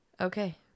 okay